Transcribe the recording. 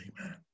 Amen